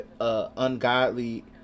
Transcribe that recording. Ungodly